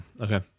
okay